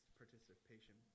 participation